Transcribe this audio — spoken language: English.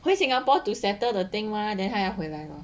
回 Singapore to settle the thing mah then 她要回来了